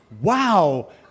Wow